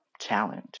challenge